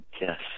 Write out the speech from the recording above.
Yes